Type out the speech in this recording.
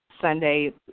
Sunday